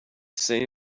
same